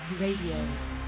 Radio